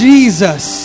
Jesus